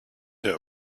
him